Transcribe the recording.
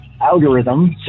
algorithm